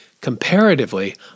Comparatively